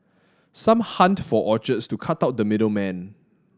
some hunt for orchards to cut out the middle man